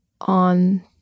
on